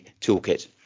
toolkit